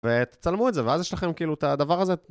ותצלמו את זה, ואז יש לכם כאילו, את הדבר הזה...